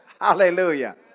Hallelujah